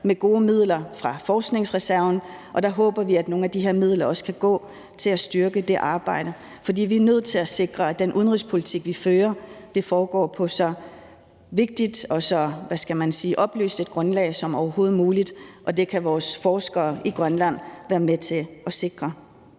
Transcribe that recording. med gode midler fra forskningsreserven, og der håber vi, at nogle af de her midler også kan gå til at styrke det arbejde. For vi er nødt til at sikre, at den udenrigspolitik, vi fører, foregår på så vigtigt og så oplyst et grundlag som overhovedet muligt, og det kan vores forskere i Grønland være med til at sikre.